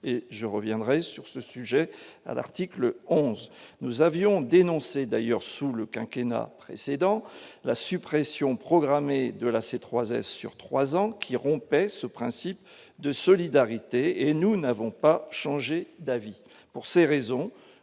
et je reviendrai sur ce sujet à l'article 11 nous avions dénoncé d'ailleurs sous le quinquennat précédent la suppression programmée de la C3, sur 3 ans qui rompait ce principe de solidarité et nous n'avons pas changé d'avis pour ces raisons,